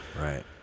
Right